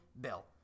Bill